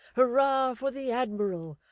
hurrah for the admiral!